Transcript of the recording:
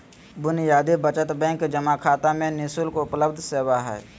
बुनियादी बचत बैंक जमा खाता में नि शुल्क उपलब्ध सेवा हइ